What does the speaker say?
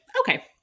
Okay